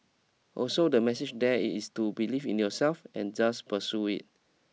also the message there is to believe in yourself and just pursue it